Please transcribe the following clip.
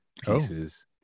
pieces